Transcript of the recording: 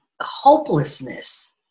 hopelessness